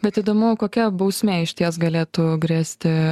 bet įdomu kokia bausmė išties galėtų grėsti